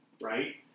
right